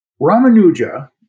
ramanuja